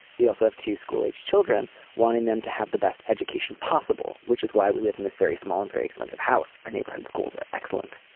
we also have two school aged children wanting them to have the best education possible which is why we live in this very small and very expensive house or neighborhood schools are excellent.